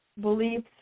beliefs